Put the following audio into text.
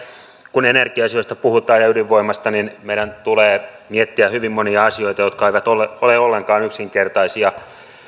kun energia asioista puhutaan ja ydinvoimasta niin meidän tulee miettiä hyvin monia asioita jotka eivät ole ole ollenkaan yksinkertaisia